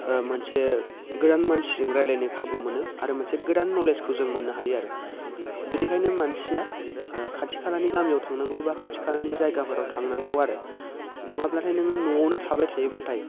मोनसे गोदान मानसिजों रायज्लायनो खाबु मोनो आरो मोनसे गोदान नलेजखौ जों मोननो हायो आरो बिनिखायनो मानसिया खाथि खालानि गामियाव थांनांगौ बा खाथि खालानि जायगाफोराव थांनांगौ आरो नङाब्लाथाय नोङो न'आवनो थाबाय थायोब्लाथाय